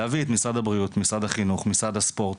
להביא את משרד הבריאות, משרד החינוך, משרד הספורט,